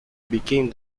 became